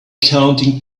counting